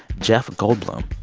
jeff goldblum.